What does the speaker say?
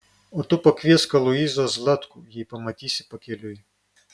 o tu pakviesk aloyzą zlatkų jei pamatysi pakeliui